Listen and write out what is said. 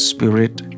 Spirit